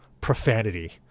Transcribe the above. profanity